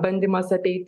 bandymas apeiti